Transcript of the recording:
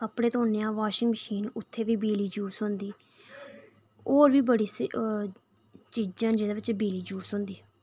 कपड़े धोने आं वाशिंग मशीन उत्थै बी बिजली यूज़ होंदी होर बी बड़ी चीज़ां न जेह्दे बिच बिजली यूज़ होंदी